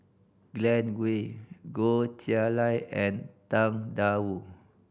Glen Goei Goh Chiew Lye and Tang Da Wu